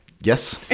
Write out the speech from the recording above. Yes